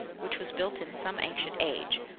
which was built in some ancient age,